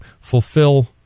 fulfill